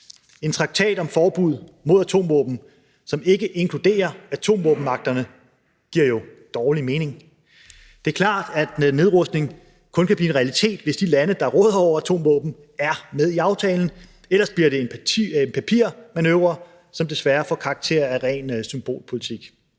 En traktat om forbud mod atomvåben, som ikke inkluderer atomvåbenmagterne, givet jo dårligt mening. Det er klart, at nedrustning kun kan blive en realitet, hvis de lande, der råder over atomvåben, er med i aftalen. Ellers bliver det en papirmanøvre, som desværre får karakter af ren symbolpolitik